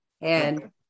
and-